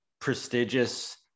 prestigious